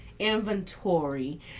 inventory